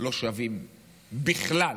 לא שווים בכלל,